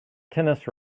tennis